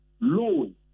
loan